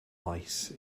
lice